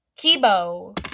Kibo